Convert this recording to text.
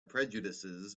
prejudices